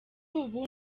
ubu